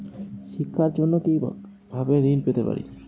শিক্ষার জন্য কি ভাবে ঋণ পেতে পারি?